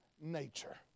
nature